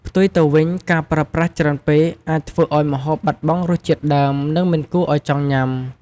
ផ្ទុយទៅវិញ ការប្រើប្រាស់ច្រើនពេកអាចធ្វើឱ្យម្ហូបបាត់បង់រសជាតិដើម និងមិនគួរឱ្យចង់ញ៉ាំ។